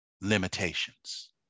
limitations